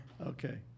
okay